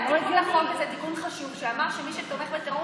היה תיקון חשוב לחוק הזה שאמר שמי שתומך בטרור